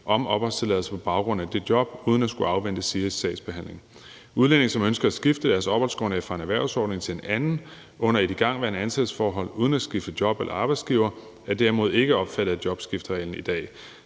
om opholdstilladelse på baggrund af det job, uden at skulle afvente SIRIs sagsbehandling. Udlændinge, som ønsker at skifte deres opholdsgrundlag fra én erhvervsordning til en anden under et igangværende ansættelsesforhold, uden at skifte job eller arbejdsgiver, er derimod ikke omfattet af jobskiftereglen i dag.